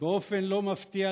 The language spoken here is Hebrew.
באופן לא מפתיע,